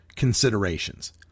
Considerations